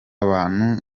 abantu